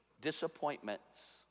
Disappointments